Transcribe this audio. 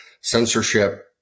censorship